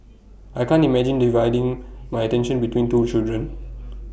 I can't imagine dividing my attention between two children